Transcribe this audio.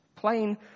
Plain